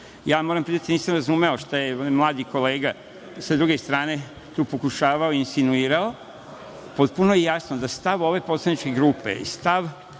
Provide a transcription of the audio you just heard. Ja, moram priznati, nisam razumeo šta je mladi kolega sa druge strane tu pokušavao i insinuirao. Potpuno je jasno da stav ove poslaničke grupe i stav